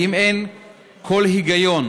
ואם אין כל היגיון